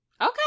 Okay